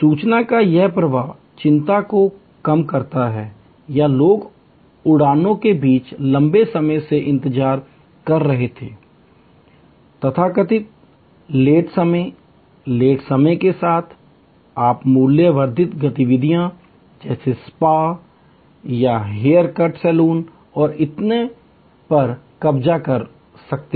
सूचना का यह प्रवाह चिंता को कम करता है या लोग उड़ानों के बीच लंबे समय से इंतजार कर रहे थे तथाकथित लेट समय लेट समय के साथ आप मूल्य वर्धित गतिविधियों जैसे स्पा या हेयरकट सैलून और इतने पर दिल बहला सकते हैं